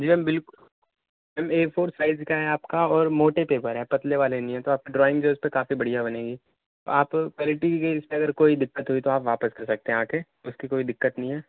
جی ma'am بالکل A four size کا ہے آپ کا اور موٹے پیپر ہے پتلے والے نہیں ہیں تو آپ کی ڈرائنگ جو ہے اس پہ کافی بڑھیا بنے گی آپ کوالیٹی کی اس پہ اگر کوئی دقت ہوئی تو واپس کر سکتے ہیں آ کے اس کی کوئی دقت نہیں ہے